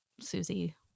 Susie